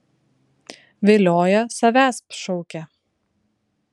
vilioja savęsp šaukia